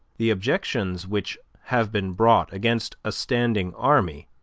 the objections which have been brought against a standing army,